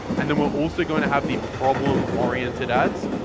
and then we're also going to have the problem-oriented ads.